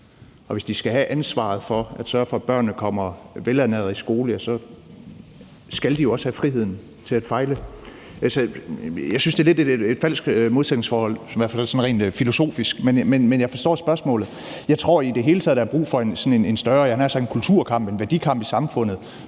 Og hvis de skal have ansvaret for at sørge for, at børnene kommer velernærede i skole, skal de jo også have friheden til at fejle. Altså, jeg synes, at det er et lidt falsk modsætningsforhold, i hvert fald sådan rent filosofisk, men jeg forstår spørgsmålet. Jeg tror i det hele taget, at der er brug for en større, jeg havde nær sagt en kulturkamp og værdikamp i samfundet,